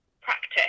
practice